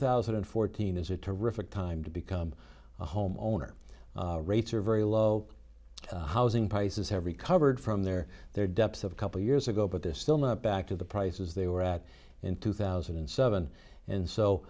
thousand and fourteen is a terrific time to become a homeowner rates are very low housing prices have recovered from their their depths of a couple years ago but they're still not back to the prices they were at in two thousand and seven and so